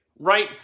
right